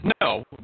No